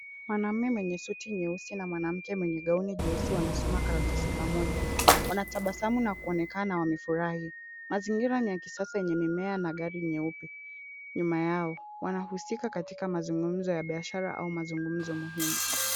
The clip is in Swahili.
Mwanamme mwenye suti nyeusi na mwanamke mwenye gauni nyeusi wanasoma karatasi pamoja , wanatabasamu na kuonekana wamefurahi ,mazingira ni ya kisasa yenye mimea na gari nyeupe nyuma yao .Wanahusika katika mazungumzo ya biashara au mazungumzo muhimu.